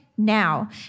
Now